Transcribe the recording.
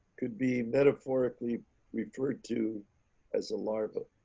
could be metaphorically referred to as a larva.